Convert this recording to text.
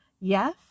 Yes